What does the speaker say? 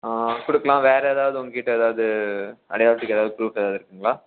கொடுக்கலாம் வேறு ஏதாவது உங்கள்க் கிட்டே ஏதாவது அடையாளத்துக்கு ஏதாவது ப்ரூஃப் ஏதாவது இருக்குதுங்களா